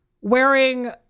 wearing